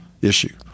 issue